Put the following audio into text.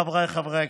חבריי חברי הכנסת,